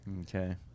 Okay